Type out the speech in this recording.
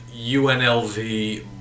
UNLV